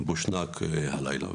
בושנק, הלילה.